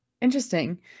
Interesting